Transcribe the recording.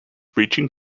breaching